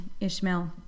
Ishmael